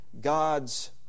God's